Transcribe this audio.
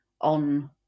on